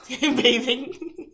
bathing